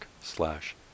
slash